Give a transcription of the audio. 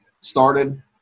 started